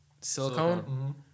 Silicone